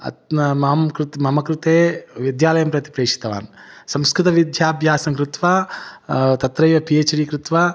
अतः न माम् कृते मम कृते विद्यालयं प्रति प्रेषितवान् संस्कृतविद्याभ्यासं कृत्वा तत्रैव पि हेच् डि कृत्वा